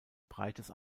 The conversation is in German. breites